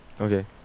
Okay